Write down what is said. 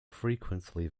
frequently